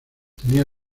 tenía